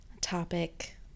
topic